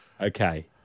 Okay